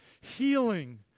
healing